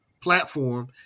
platform